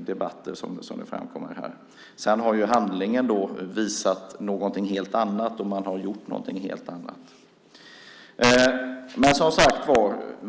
debatter förr, som framkommer här. Sedan har handlingen visat någonting helt annat, och man har gjort någonting helt annat.